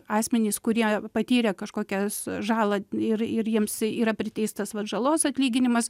asmenys kurie patyrė kažkokias žalą ir ir jiems yra priteistas vat žalos atlyginimas